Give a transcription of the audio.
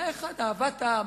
אהבת העם,